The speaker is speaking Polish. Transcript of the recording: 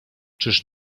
czyż